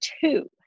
two